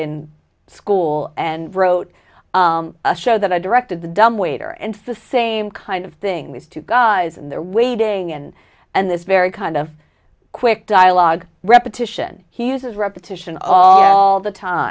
in school and wrote a show that i directed the dumbwaiter and the same kind of thing these two guys and they're waiting and and this very kind of quick dialogue repetition he uses repetition all the time